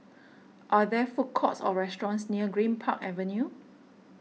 are there food courts or restaurants near Greenpark Avenue